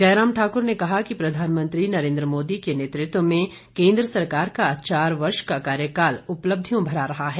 जयराम ठाकर ने कहा कि प्रधानमंत्री नरेन्द्र मोदी के नेतृत्व में केंद्र सरकार का चार वर्ष का कार्यकाल उपलब्धियों भरा रहा है